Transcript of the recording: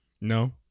No